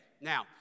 Now